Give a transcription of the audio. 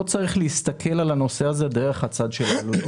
לא צריך להסתכל על הנושא הזה דרך הצד של העלויות.